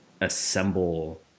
assemble